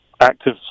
active